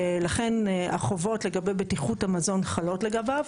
ולכן החובות לגבי בטיחות המזון חלות לגביו.